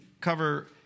cover